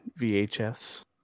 VHS